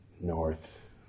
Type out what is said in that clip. north